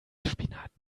spinat